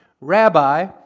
Rabbi